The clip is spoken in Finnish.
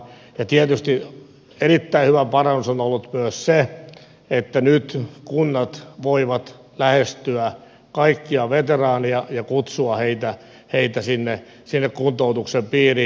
ja tietysti erittäin hyvä parannus on ollut myös se että nyt kunnat voivat lähestyä kaikkia veteraaneja ja kutsua heitä sinne kuntoutuksen piiriin